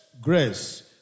grace